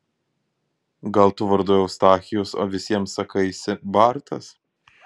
gal tu vardu eustachijus o visiems sakaisi bartas